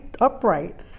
upright